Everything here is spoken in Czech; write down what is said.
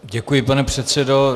Děkuji, pane předsedo.